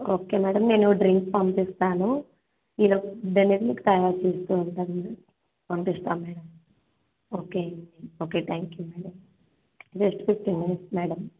okay madam నేను drink పంపిస్తాను ఈ లోపు ఫుడ్ అనేది తయారు చేస్తు ఉంటారు మ్యాడమ్ పంపిస్తాం madam okay okay thank you madam just fifteen minutes madam